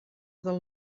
del